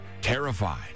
terrified